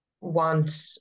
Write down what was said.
want